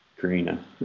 Karina